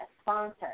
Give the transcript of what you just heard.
sponsor